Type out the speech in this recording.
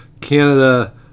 Canada